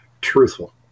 truthful